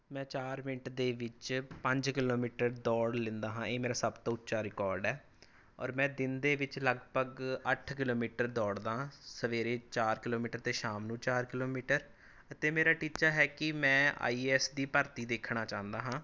ਮੈਂ ਚਾਰ ਮਿੰਟ ਦੇ ਵਿੱਚ ਪੰਜ ਕਿਲੋਮੀਟਰ ਦੌੜ ਲੈਂਦਾ ਹਾਂ ਇਹ ਮੇਰਾ ਸਭ ਤੋਂ ਉੱਚਾ ਰਿਕਾਰਡ ਹੈ ਔਰ ਮੈਂ ਦਿਨ ਦੇ ਵਿੱਚ ਲਗਭਗ ਅੱਠ ਕਿਲੋਮੀਟਰ ਦੌੜਦਾ ਹਾਂ ਸਵੇਰੇ ਚਾਰ ਕਿਲੋਮੀਟਰ ਅਤੇ ਸ਼ਾਮ ਨੂੰ ਚਾਰ ਕਿਲੋਮੀਟਰ ਅਤੇ ਮੇਰਾ ਟੀਚਾ ਹੈ ਕਿ ਮੈਂ ਆਈ ਏ ਐੱਸ ਦੀ ਭਰਤੀ ਦੇਖਣਾ ਚਾਹੁੰਦਾ ਹਾਂ